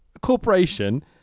corporation